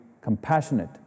compassionate